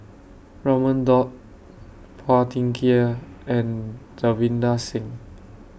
Raman Daud Phua Thin Kiay and Davinder Singh